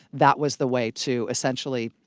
that was the way to essentially